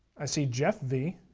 i see jeff v.